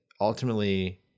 ultimately